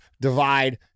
Divide